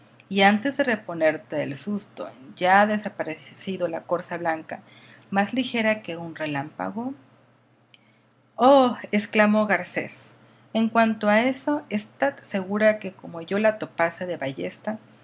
y antes de reponerte del susto ya ha desaparecido la corza blanca más ligera que un relámpago oh exclamo garcés en cuanto a eso estad segura que como yo la topase de ballesta